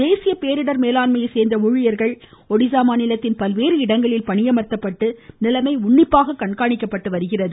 தேசிய பேரிடர் மேலாண்மையைச் சேர்ந்த ஊழியர்கள் மாநிலத்தின் பல்வேறு இடங்களில் பணியமர்த்தப்பட்டு நிலைமையை உன்னிப்பாக கண்காணித்து வருகின்றனர்